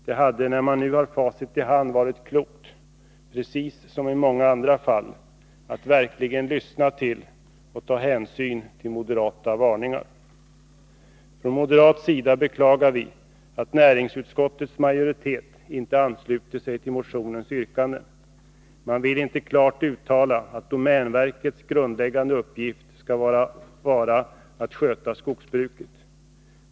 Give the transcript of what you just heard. Det hade, kan man säga när man nu har facit i hand, varit klokt att i det här fallet — precis som i många andra fall — verkligen lyssna till och ta hänsyn till moderata varningar. Från moderat sida beklagar vi att näringsutskottets majoritet inte ansluter sig till motionens yrkanden. Man vill inte klart uttala att domänverkets grundläggande uppgift skall vara att sköta skogsbruket.